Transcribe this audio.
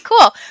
Cool